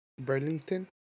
burlington